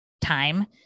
time